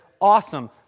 Awesome